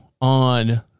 on